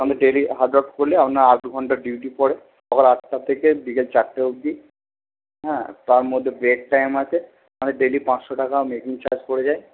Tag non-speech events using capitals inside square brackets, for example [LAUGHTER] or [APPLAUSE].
আমি ডেলি [UNINTELLIGIBLE] আট ঘন্টা ডিউটি পড়ে সকাল আটটা থেকে বিকেল চারটে অবধি হ্যাঁ তার মধ্যে ব্রেক টাইম আছে আমি ডেলি পাঁচশো টাকা মেকিং চার্জ পড়ে যায়